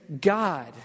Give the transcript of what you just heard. God